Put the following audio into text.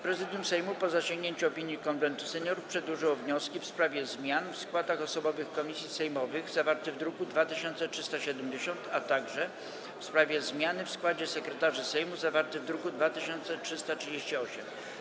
Prezydium Sejmu, po zasięgnięciu opinii Konwentu Seniorów, przedłożyło wnioski: - w sprawie zmian w składach osobowych komisji sejmowych, zawarty w druku nr 2370, - w sprawie zmiany w składzie sekretarzy Sejmu, zawarty w druku nr 2338.